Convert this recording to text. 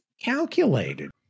Calculated